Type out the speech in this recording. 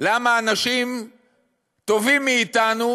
למה אנשים טובים מאתנו